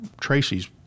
Tracy's